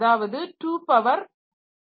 அதாவது 2 பவர் 12